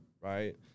right